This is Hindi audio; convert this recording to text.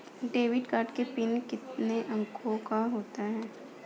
डेबिट कार्ड पिन कितने अंकों का होता है?